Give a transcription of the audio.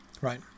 right